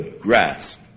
grasp